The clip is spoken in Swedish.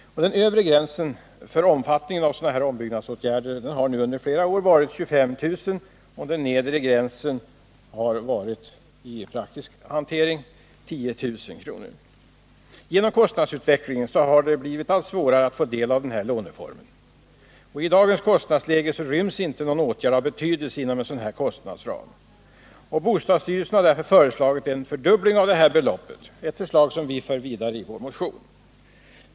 Den övre gränsen för omfattningen av sådana här ombyggnadsåtgärder har under flera år varit 25 000 kr., och den undre gränsen har varit 10 000 kr. Genom kostnadsutvecklingen har det blivit allt svårare att få del av den här låneformen. I dagens kostnadsläge ryms inte någon åtgärd av betydelse inom denna kostnadsram. Bostadsstyrelsen har därför föreslagit en fördubbling av beloppet, ett förslag som vi har fört vidare i en motion.